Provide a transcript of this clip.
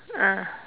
ah